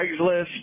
Craigslist